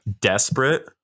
desperate